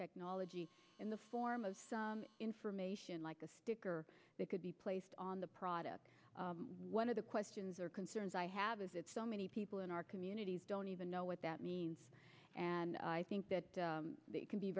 technology in the form of information like a sticker that could be placed on the product one of the questions or concerns i have is that so many people in our communities don't even know what that means and i think that it can be